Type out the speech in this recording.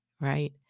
Right